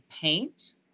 Paint